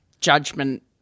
judgment